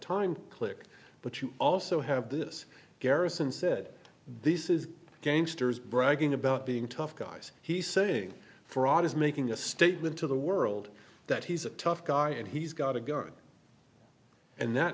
time click but you also have this garrison said this is gangsters bragging about being tough guys he's saying fraud is making a statement to the world that he's a tough guy and he's got a gun and that